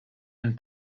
and